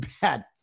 bad